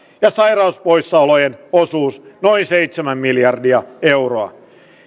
ja sairauspoissaolojen osuus noin seitsemän miljardia euroa